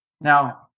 Now